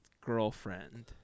girlfriend